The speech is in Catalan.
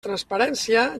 transparència